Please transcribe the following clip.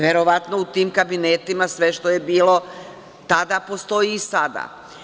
Verovatno u tim kabinetima sve što je bilo tada, postoji i sada.